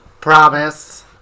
Promise